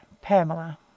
Pamela